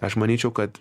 aš manyčiau kad